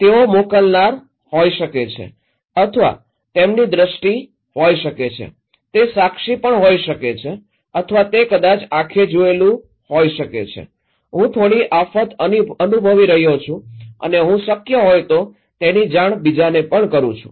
તેઓ મોકલનાર હોઈ શકે છે અથવા તેમની દ્રષ્ટિ હોઈ શકે છે તે સાક્ષી હોઈ શકે છે અથવા તે કદાચ આંખે જોયેલું હોઈ શકે છે હું થોડી આફત અનુભવી રહ્યો છું અને હું શક્ય હોય તો તેની જાણ બીજાને પણ કરું છું